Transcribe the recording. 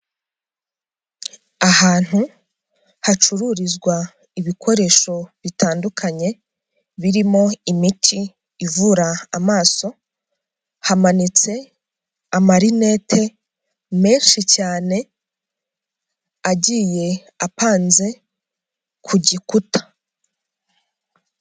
Ahantu hacururizwa ibikoresho bitandukanye birimo imiti ivura amaso, hamanitse amarinete menshi cyane agiye apanze ku gikuta.